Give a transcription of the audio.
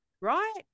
right